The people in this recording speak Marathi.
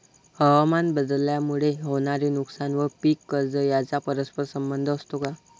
हवामानबदलामुळे होणारे नुकसान व पीक कर्ज यांचा परस्पर संबंध असतो का?